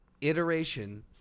iteration